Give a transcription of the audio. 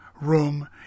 room